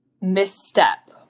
misstep